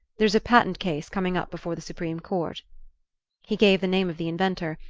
there's a patent case coming up before the supreme court he gave the name of the inventor,